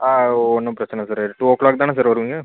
ஆ ஒன்றும் பிரச்சனை sir two o'clock தானே சார் வருவீங்க